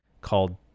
called